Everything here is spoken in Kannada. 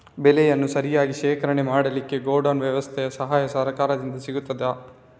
ಬೆಳೆಯನ್ನು ಸರಿಯಾಗಿ ಶೇಖರಣೆ ಮಾಡಲಿಕ್ಕೆ ಗೋಡೌನ್ ವ್ಯವಸ್ಥೆಯ ಸಹಾಯ ಸರಕಾರದಿಂದ ಸಿಗುತ್ತದಾ?